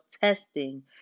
testing